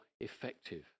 effective